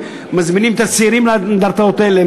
מזמינות את הצעירים לאנדרטאות האלה,